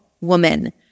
woman